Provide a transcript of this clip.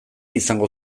izango